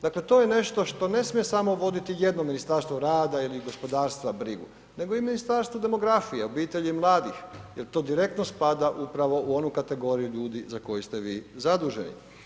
Dakle to je nešto što ne smije samo voditi jedno ministarstvo rada ili gospodarstva brigu nego i Ministarstvo demografije, obitelji i mladih jer to direktno spada upravo u onu kategoriju ljudi za koji ste vi zaduženi.